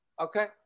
Okay